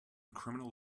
criminal